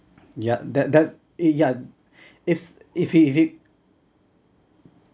yeah that that's yeah is if it if it